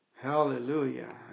Hallelujah